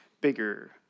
bigger